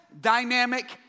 dynamic